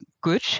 good